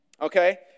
Okay